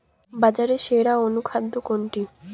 বাজারে সেরা অনুখাদ্য কোনটি?